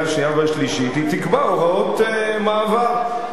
השנייה והשלישית היא תקבע הוראות מעבר,